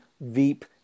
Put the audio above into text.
Veep